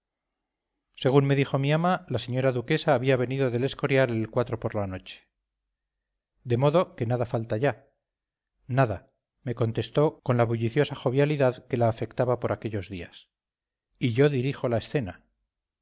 según me dijo mi ama la señora duquesa había venido del escorial el por la noche de modo que nada falta ya nada me contestó con la bulliciosa jovialidad que la afectaba por aquellos días y yo dirijo la escena